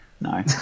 No